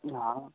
यहाँ